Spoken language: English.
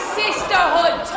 sisterhood